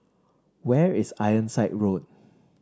where is Ironside Road